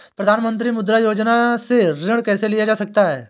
प्रधानमंत्री मुद्रा योजना से ऋण कैसे लिया जा सकता है?